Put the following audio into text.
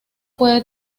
puede